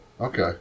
Okay